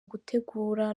gutegura